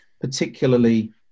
particularly